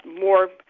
more